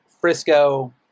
Frisco